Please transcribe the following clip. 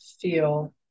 feel